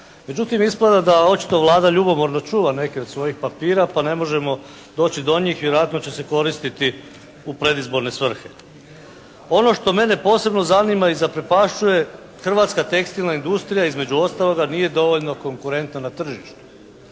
Međutim, ispada da očito Vlada ljubomorno čuva neke od svojih papira pa ne možemo doći do njih, vjerojatno će se koristiti u predizborne svrhe. Ono što mene posebno zanima i zaprepašćuje hrvatska tekstilna industrija između ostaloga nije dovoljno konkurentna na tržištu.